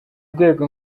rwego